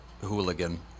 hooligan